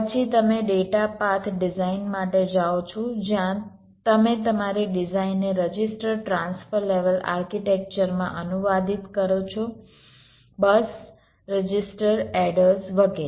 પછી તમે data path design માટે જાઓ છો જ્યાં તમે તમારી ડિઝાઇનને રજિસ્ટર ટ્રાન્સફર લેવલ આર્કિટેક્ચરમાં અનુવાદિત કરો છો બસ રજિસ્ટર એડર્સ વગેરે